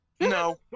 No